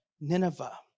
Nineveh